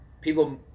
people